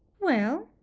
well!